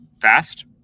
fast